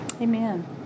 Amen